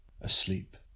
asleep